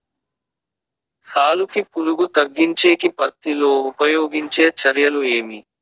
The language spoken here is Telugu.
సాలుకి పులుగు తగ్గించేకి పత్తి లో ఉపయోగించే చర్యలు ఏమి?